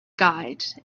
guide